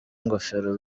ingofero